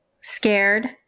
scared